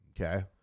Okay